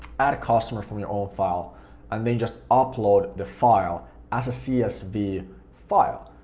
add a customer from your own file and then just upload the file as a csv file.